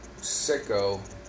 sicko